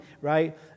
right